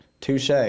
Touche